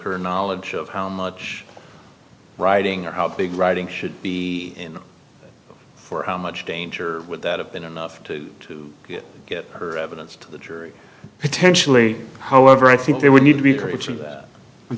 her knowledge of how much writing or how big writing should be in the for how much danger would that have been enough to to get her evidence to the jury potentially however i think there would need to be preaching that i'm